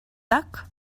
так